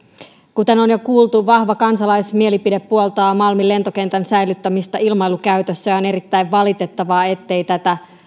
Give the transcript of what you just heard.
kuten on jo kuultu vahva kansalaismielipide puoltaa malmin lentokentän säilyttämistä ilmailukäytössä ja on erittäin valitettavaa ettei tätä